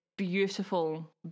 beautiful